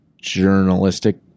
journalistic